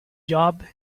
job